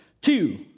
two